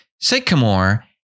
sycamore